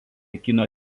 kino